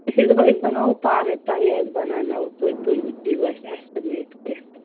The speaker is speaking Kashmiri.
أسۍ ٲسۍ دَپان أسۍ بناوو پانَے تۄہہِ اَتھِ بناوناوو تویتہِ تۄہہِ دِہِو اَسہِ اٮ۪سٹِمیٹ کیٚنٛہہ تہٕ